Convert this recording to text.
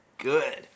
good